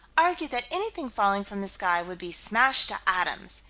argued that anything falling from the sky would be smashed to atoms.